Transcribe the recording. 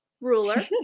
ruler